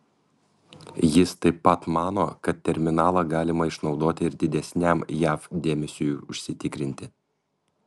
jis taip pat mano kad terminalą galima išnaudoti ir didesniam jav dėmesiui užsitikrinti